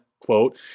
quote